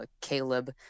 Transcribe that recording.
caleb